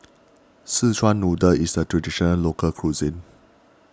Szechuan Noodle is a Traditional Local Cuisine